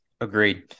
Agreed